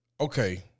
Okay